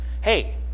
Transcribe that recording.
Hey